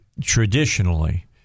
traditionally